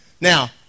Now